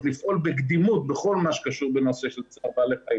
לפעול בקדימות בכל מה שקשור בנושא של צער בעלי חיים,